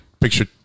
picture